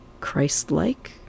Christ-like